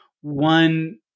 one